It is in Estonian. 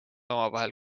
omavahel